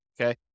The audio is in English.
Okay